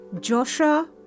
Joshua